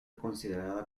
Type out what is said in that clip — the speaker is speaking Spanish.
considerada